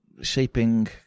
shaping